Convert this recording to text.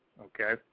okay